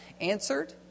Answered